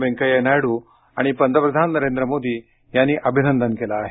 वेंकय्या नायडू आणि पंतप्रधाना नरेंद्र मोदी यांनी अभिनंदन केलं आहे